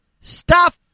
Stop